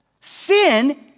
Sin